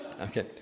Okay